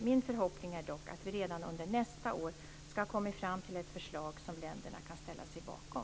Min förhoppning är dock att vi redan under nästa år ska ha kommit fram till ett förslag som länderna kan ställa sig bakom.